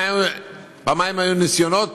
פעמיים היו ניסיונות.